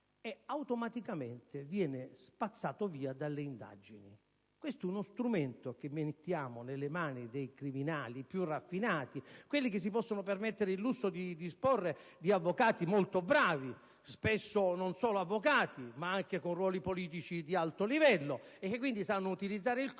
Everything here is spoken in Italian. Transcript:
e automaticamente viene spazzato via dalle indagini. Questo è uno strumento micidiale che mettiamo nelle mani dei criminali più raffinati, quelli che si possono permettere il lusso di disporre di avvocati molto bravi (spesso non solo tali, ma anche con ruoli politici di alto livello) e che quindi sanno utilizzare il codice.